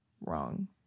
Wrong